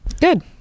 Good